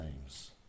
names